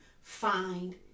find